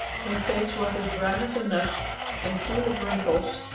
her face was as brown as a nut and full of wrinkles,